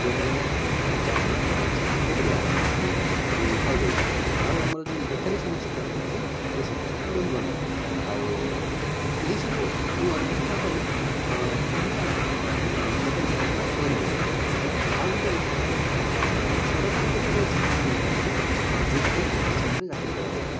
ଜଣେ ଜଣେ ଚାକିରିଆ ଆରାମ ସେ ହୋଇପାରିବା ଆଉ ଆମର ଯେଉଁ ପାଇପାରିବେ ଆଉ ଆମର ଯେଉଁ ବେକାରି ସମସ୍ୟାଟା ରହୁଛି ସେ ସମସ୍ୟାଟି ରହିବ ନାହିଁ ଆଉ ଏଇସବୁକୁ ଅନୁଧ୍ୟାନ କଲେ ତାହାଲେ ଆମର ବେକାରି ସମସ୍ୟାଟା ରହିବନି ଆଉ ଗୋଟିଏ କଥା ହେଲା ସରକାର ଯେତେବେଳେ ଚାକିରି ଦେଉଛନ୍ତି ଯୋଗ୍ୟତା ହିସାବରେ ଚାକିରି ଦେବା ଦରକାର